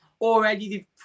already